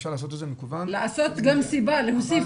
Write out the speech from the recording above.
אפשר לעשות את זה מקוון --- להוסיף גם מה הסיבה.